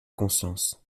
conscience